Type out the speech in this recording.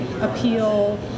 appeal